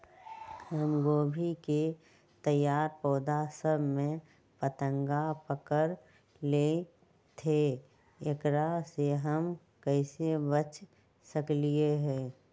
हमर गोभी के तैयार पौधा सब में फतंगा पकड़ लेई थई एकरा से हम कईसे बच सकली है?